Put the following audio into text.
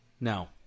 No